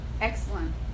Excellent